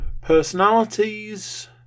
personalities